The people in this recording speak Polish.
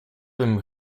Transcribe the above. bym